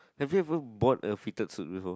have you ever bought a fitted suit before